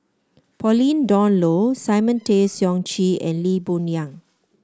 Pauline Dawn Loh Simon Tay Seong Chee and Lee Boon Yang